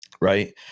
right